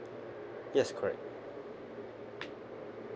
yes correct